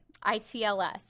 ITLS